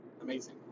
amazing